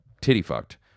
titty-fucked